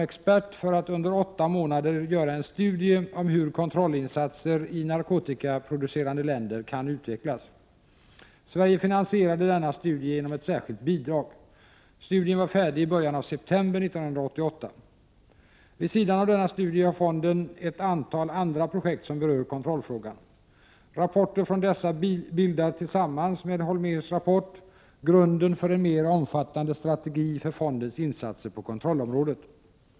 1988/89:82 månader göra en studie om hur kontrollinsatser i narkotikaproducerande 16 mars 1989 länder kan utvecklas. Sverige finansierade denna studie genom ett särskilt bidrag. Studien var färdig i början av september 1988. Vid sidan av denna studie har fonden ett antal andra projekt som berör kontrollfrågan. Rapporter från dessa bildar tillsammans med Holmérs rapport grunden för en mer omfattande strategi för fondens insatser på kontrollområdet.